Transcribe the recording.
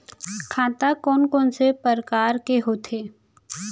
खाता कोन कोन से परकार के होथे?